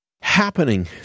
happening